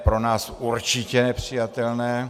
Pro nás určitě nepřijatelné.